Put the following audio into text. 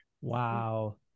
wow